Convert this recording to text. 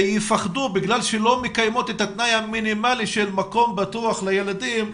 שיפחדו בגלל שלא מקיימות את התנאי המינימלי של מקום בטוח לילדים.